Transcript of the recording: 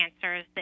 cancers